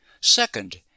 Second